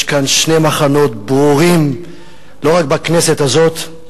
יש כאן שני מחנות ברורים לא רק בכנסת הזאת,